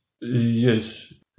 Yes